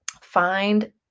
find